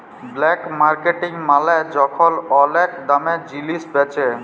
black marketing মালে যখল ওলেক দামে জিলিস বেঁচে